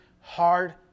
hard